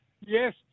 Yes